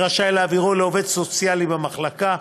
רשאי להעבירו לעובד סוציאלי במחלקה,